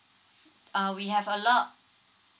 uh we have a lot